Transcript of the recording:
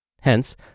Hence